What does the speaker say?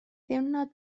ddiwrnod